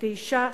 אשה תורמת,